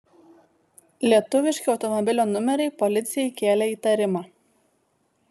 lietuviški automobilio numeriai policijai kėlė įtarimą